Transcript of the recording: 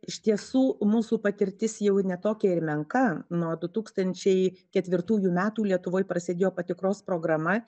iš tiesų mūsų patirtis jau ne tokia ir menka nuo du tūkstančiai ketvirtųjų metų lietuvoj prasidėjo patikros programa